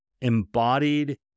embodied